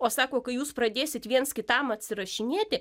o sako kai jūs pradėsit viens kitam atsirašinėti